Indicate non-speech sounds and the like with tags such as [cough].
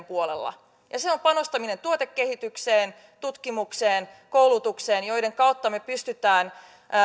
[unintelligible] puolella ja se on panostaminen tuotekehitykseen tutkimukseen koulutukseen joiden kautta me pystymme